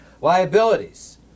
Liabilities